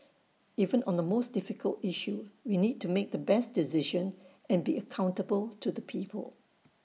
even on the most difficult issue we need to make the best decision and be accountable to the people